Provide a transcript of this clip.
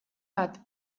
bat